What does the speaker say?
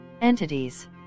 Entities